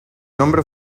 nombre